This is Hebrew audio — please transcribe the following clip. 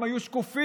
הם היו שקופים,